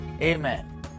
Amen